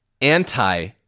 anti